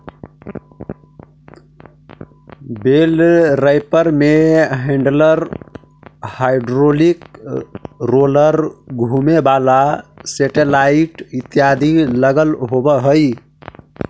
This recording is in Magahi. बेल रैपर में हैण्डलर, हाइड्रोलिक रोलर, घुमें वाला सेटेलाइट इत्यादि लगल होवऽ हई